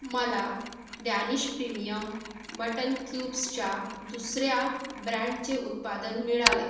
मला Danish premium mutton क्यूब्सच्या दुसर्या ब्रँडचे उत्पादन मिळाले